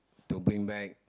to bring back